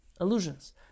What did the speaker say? Illusions